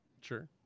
Sure